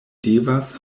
devas